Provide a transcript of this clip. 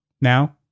Now